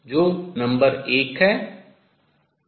जो नंबर 1 है